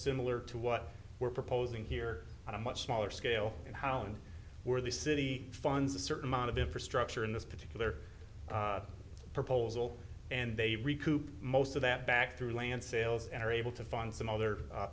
similar to what we're proposing here on a much smaller scale and how and where the city funds a certain amount of infrastructure in this particular proposal and they recoup most of that back through land sales and are able to fund some other